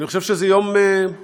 אני חושב שזה יום חשוב,